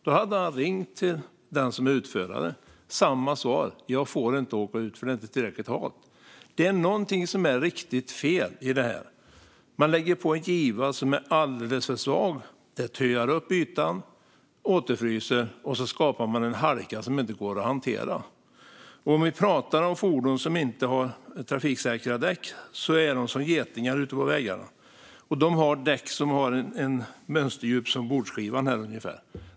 Då hade han ringt till utföraren och fick samma svar: Jag får inte åka ut, för det är inte tillräckligt halt. Det är någonting som är riktigt fel här. Man lägger på en giva som är alldeles för svag. Då töar det på ytan som sedan återfryser. Så skapar man en halka som inte går att hantera. Fordon som inte har trafiksäkra däck är som getingar ute på vägarna. De har däck som har ett mönsterdjup som är ungefär som talarstolens bordsskiva.